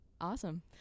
Awesome